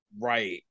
right